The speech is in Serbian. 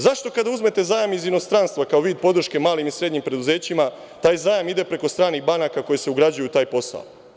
Zašto kada uzmete zajam iz inostranstva, kao vid podrške malim i srednjim preduzećima, taj zajam ide preko stranih banaka koji se ugrađuju u taj posao.